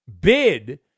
bid